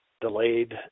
delayed